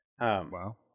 Wow